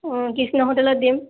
অঁ কৃষ্ণ হোটেলত দিম